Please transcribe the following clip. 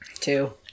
Two